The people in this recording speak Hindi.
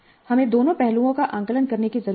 हमें दोनों पहलुओं का आकलन करने की जरूरत है